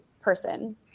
person